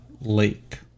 lake